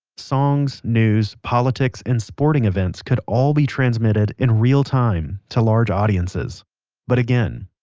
songs, news, politics, and sporting events could all be transmitted in real time to large audiences but again,